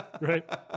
right